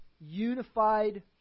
unified